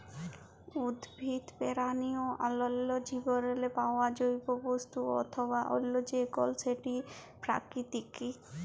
উদ্ভিদ, পেরানি অ অল্যাল্য জীবেরলে পাউয়া জৈব বস্তু অথবা অল্য যে কল সেটই পেরাকিতিক